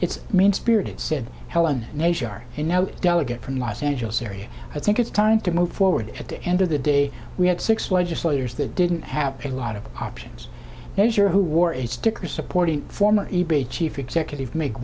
it's meanspirited said helen nature you know delegate from los angeles area i think it's time to move forward at the end of the day we had six legislators that didn't have a lot of options as your who wore a sticker supporting former e p a chief executive make